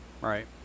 Right